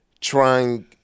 trying